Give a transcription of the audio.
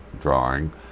drawing